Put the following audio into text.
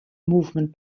movement